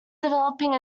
developing